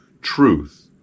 truth